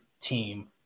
team